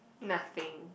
nothing